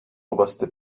oberste